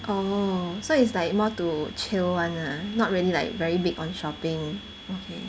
orh so it's like more to chill [one] lah not really like very big on shopping okay